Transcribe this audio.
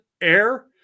air